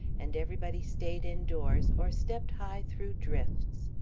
and everybody stayed indoors or stepped high through drifts.